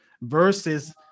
versus